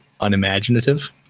unimaginative